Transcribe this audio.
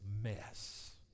mess